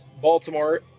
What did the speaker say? Baltimore